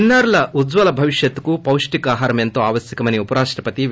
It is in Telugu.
చిన్పారుల ఉజ్వల భవిష్యత్తుకు పౌష్టికాహారం ఎంతో ఆవశ్యకమని ఉప రాష్టపతి ఎం